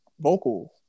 vocal